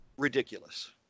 ridiculous